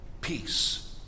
peace